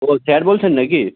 ও sir বলছেন না কি